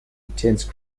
intense